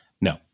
No